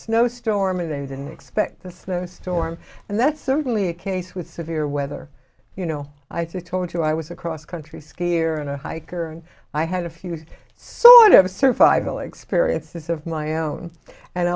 snow storm and they didn't expect the snowstorm and that's certainly a case with severe weather you know i told you i was a cross country skier and a hiker and i had a few sort of survival experiences of my own and